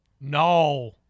No